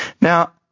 Now